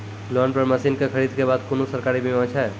Loan पर मसीनऽक खरीद के बाद कुनू सरकारी बीमा छै?